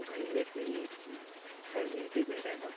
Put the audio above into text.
तो भाई वैसी फेमेलिटी दे रहे हैं ना